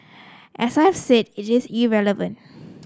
as I have said it is irrelevant